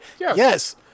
Yes